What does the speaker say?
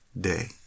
day